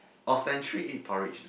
or century egg porridge